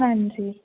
ਹਾਂਜੀ